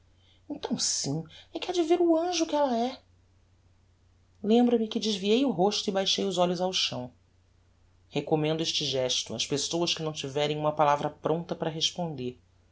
então sim é que hade ver o anjo que ella é lembra-me que desviei o rosto e baixei os olhos ao chão recommendo este gesto ás pessoas que não tiverem uma palavra prompta para responder